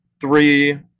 three